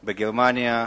בגרמניה,